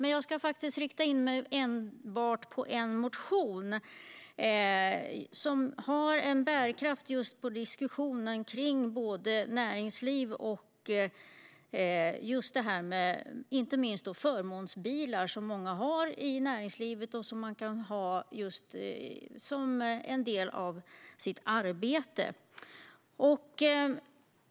Men jag ska faktiskt rikta in mig enbart på en motion som har bärkraft just när det gäller diskussionen kring näringsliv och inte minst förmånsbilar, som många har i näringslivet och som man kan ha som en del av sitt arbete.